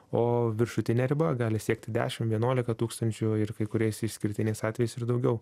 o viršutinė riba gali siekti dešim vienuolika tūkstančių ir kai kuriais išskirtiniais atvejais ir daugiau